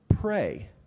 pray